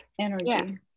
energy